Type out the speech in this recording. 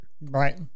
Right